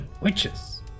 witches